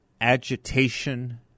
agitation